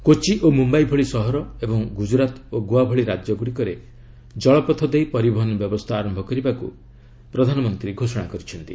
କୋଚି ଓ ମୁମ୍ବାଇ ଭଳି ସହର ଏବଂ ଗୁଜରାତ ଓ ଗୋଆ ଭଳି ରାଜ୍ୟଗୁଡ଼ିକରେ ଜଳପଥ ଦେଇ ପରିବହନ ବ୍ୟବସ୍ଥା ଆରମ୍ଭ କରିବାକୁ ପ୍ରଧାନମନ୍ତ୍ରୀ ଘୋଷଣା କରିଛନ୍ତି